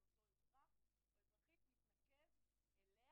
של אותו אזרח או אזרחית מתנקז אליה.